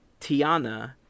Tiana